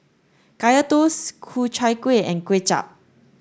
Kaya Toast Ku Chai Kueh and Kway Chap